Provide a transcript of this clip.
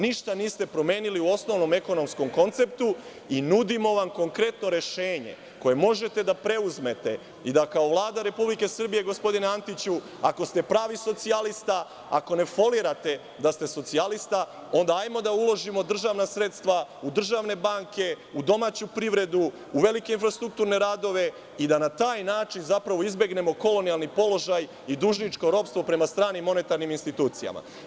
Ništa niste promenili u osnovnom ekonomskom konceptu i nudimo vam konkretno rešenje koje možete da preuzmete i da kao Vlada Republike Srbije, gospodine Antiću, ako ste pravi socijalista, ako ne folirate da ste socijalista, onda hajde da uložimo državna sredstva u državne banke u domaću privredu, u velike infrastrukturne radove i da na taj način zapravo izbegnemo kolonijalni položaj i dužničko ropstvo prema stranim monetarnim institucijama.